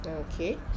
Okay